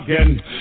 again